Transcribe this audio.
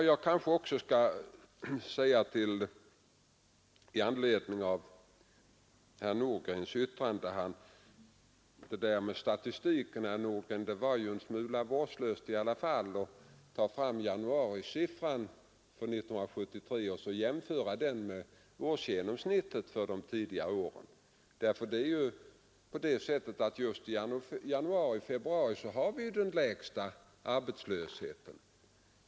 Beträffande statistiken vill jag säga att det nog var en smula vårdslöst av herr Nordgren att ta fram siffran för januari 1973 och jämföra den med årsgenomsnittet för de tidigare åren. Just i januari och februari har vi ju den lägsta arbetslösheten.